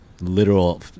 literal